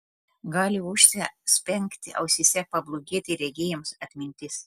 gali ūžti spengti ausyse pablogėti regėjimas atmintis